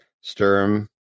Sturm